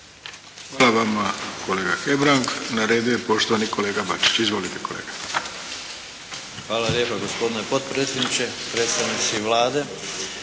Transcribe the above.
Hvala vama kolega Hebrang. Na redu je poštovani kolega Bačić. Izvolite kolega! **Bačić, Stjepan (HDZ)** Hvala lijepa gospodine potpredsjedniče, predstavnici Vlade.